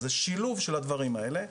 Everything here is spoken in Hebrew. אז זה שילוב של הדברים האלה.